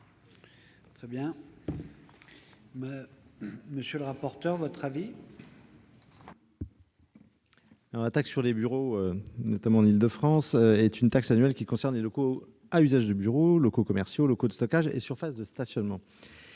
du pays. Quel est l'avis de la commission ? La taxe sur les bureaux, notamment en Île-de-France, est une taxe annuelle qui concerne les locaux à usage de bureaux- locaux commerciaux, locaux de stockage et surfaces de stationnement.